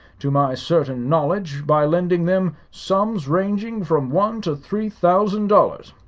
to my certain knowledge, by lending them sums ranging from one to three thousand dollars.